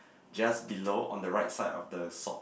just below on the right side of the sock